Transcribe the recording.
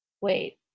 wait